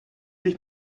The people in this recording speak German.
dich